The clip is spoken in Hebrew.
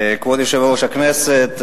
כבוד יושב-ראש הכנסת,